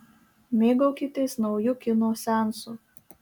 mėgaukitės nauju kino seansu